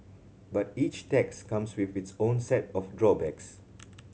but each tax comes with its own set of drawbacks